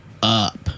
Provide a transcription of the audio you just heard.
up